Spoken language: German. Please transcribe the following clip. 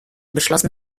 beschlossen